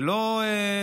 זה לא מותרות,